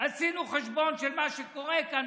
שעשינו חשבון של מה שקורה כאן,